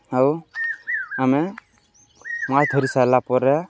ଆଉ ଆମେ ମାଛ୍ ଧରିସାର୍ଲା ପରେ